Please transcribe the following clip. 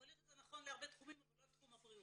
יכול להיות שזה נכון להרבה תחומים אבל לא לתחום הבריאות.